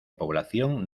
población